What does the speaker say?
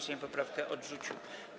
Sejm poprawkę odrzucił.